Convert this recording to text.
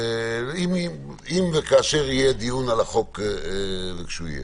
אם וכאשר יהיה דיון על החוק כשהוא יהיה.